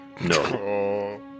No